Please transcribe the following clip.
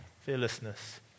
fearlessness